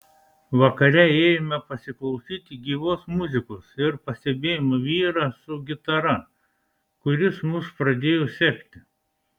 vakare ėjome pasiklausyti gyvos muzikos ir pastebėjome vyrą su gitara kuris mus pradėjo sekti